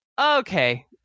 okay